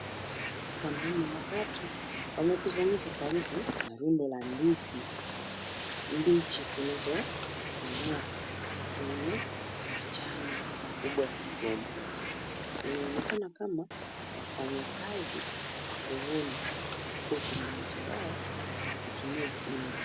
Wanaume watatu wamekusanyika karibu na rundo la ndizi mbichi zinazoenea kwenye majani makubwa ya migomba. Inaonekana kama wafanyakazi wa kuvuna huku mmoja wao akitumia fimbo.